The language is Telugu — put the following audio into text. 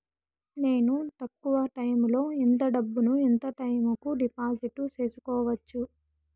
నేను తక్కువ టైములో ఎంత డబ్బును ఎంత టైము కు డిపాజిట్లు సేసుకోవచ్చు?